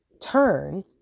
turn